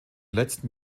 letzten